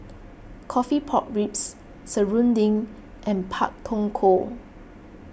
Coffee Pork Ribs Serunding and Pak Thong Ko